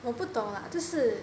我不懂 lah 就是